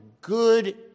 good